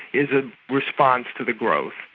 is a response to the growth.